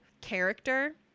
character